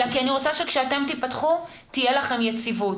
אלא כי אני רוצה שכשאתם תיפתחו תהיה לכם יציבות,